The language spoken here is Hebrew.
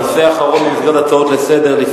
הנושא האחרון במסגרת הצעות לסדר-היום,